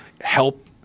help